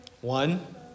One